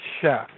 chef